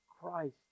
Christ